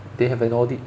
they have an audit